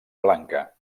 blanca